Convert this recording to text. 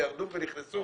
וירדו ונכנסו